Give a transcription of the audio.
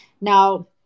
Now